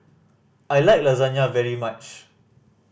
I like Lasagna very much